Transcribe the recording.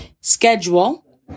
schedule